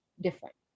different